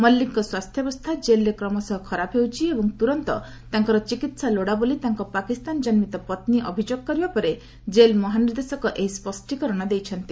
ମଲିକଙ୍କ ସ୍ୱାସ୍ଥ୍ୟାବସ୍ଥା ଜେଲ୍ରେ କ୍ରମଶଃ ଖରାପ ହେଉଛି ଏବଂ ତୁରନ୍ତ ତାଙ୍କର ଚିକିହା ଲୋଡ଼ା ବୋଲି ତାଙ୍କ ପାକିସ୍ତାନ ଜନ୍ମିତ ପତ୍ନୀ ଅଭିଯୋଗ କରିବା ପରେ ଜେଲ୍ ମହାନିର୍ଦ୍ଦେଶକ ଏହି ସ୍ୱଷ୍ଟୀକରଣ ଦେଇଛନ୍ତି